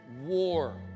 war